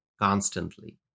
constantly